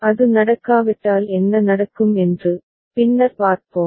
அது நடக்காவிட்டால் என்ன நடக்கும் என்று பின்னர் பார்ப்போம்